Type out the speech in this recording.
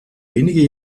wenige